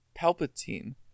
Palpatine